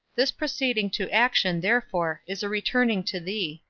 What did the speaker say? this proceeding to action, therefore, is a returning to thee,